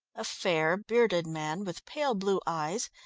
a fair, bearded man, with pale blue eyes,